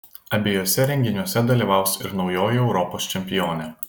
abiejuose renginiuose dalyvaus ir naujoji europos čempionė